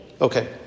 Okay